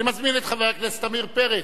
אני מזמין את חבר הכנסת עמיר פרץ.